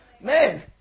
man